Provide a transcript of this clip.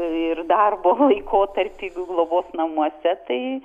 ir darbo laikotarpį globos namuose tai